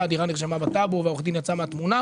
הדירה נרשמה בטאבו והעורך דין יוצא מהתמונה,